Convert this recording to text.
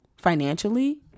financially